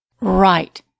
Right